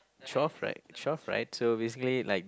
twelve right twelve right so basically like